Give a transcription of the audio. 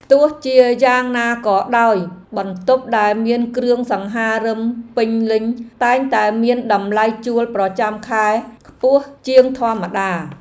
ទោះជាយ៉ាងណាក៏ដោយបន្ទប់ដែលមានគ្រឿងសង្ហារិមពេញលេញតែងតែមានតម្លៃជួលប្រចាំខែខ្ពស់ជាងធម្មតា។